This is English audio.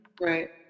Right